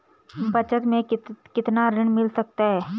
बचत मैं कितना ऋण मिल सकता है?